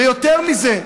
ויותר מזה,